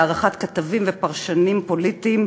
להערכת כתבים ופרשנים פוליטיים,